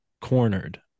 cornered